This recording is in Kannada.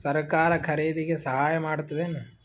ಸರಕಾರ ಖರೀದಿಗೆ ಸಹಾಯ ಮಾಡ್ತದೇನು?